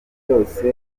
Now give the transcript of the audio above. yose